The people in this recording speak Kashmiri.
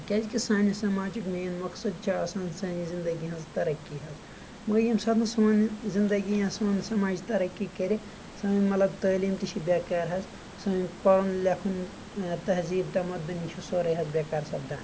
کیٛازِ کہِ سٲنہِ سماجِکۍ مین مقصد چھُ آسان سانہِ زندگی ہٕنٛز ترقی حظ وۄنۍ ییٚمہِ ساتہٕ نہٕ سون زندگی یا سون سماج ترقی کرِ سٲنۍ مطلب تعلیٖم تہِ چھِ بے کار حٕظ سون پرُن لیٚکھُن تہزیٖب تمدُن نِش چھُ سورُے حظ بے کار سپدان